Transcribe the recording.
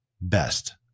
best